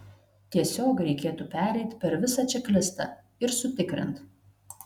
tiesiog reikėtų pereit per visą čeklistą ir sutikrint